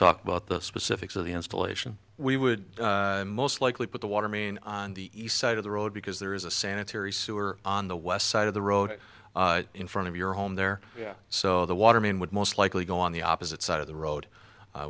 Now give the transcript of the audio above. talk about the specifics of the installation we would most likely put the water main on the east side of the road because there is a sanitary sewer on the west side of the road in front of your home there yeah so the water main would most likely go on the opposite side of the road